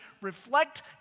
reflect